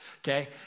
okay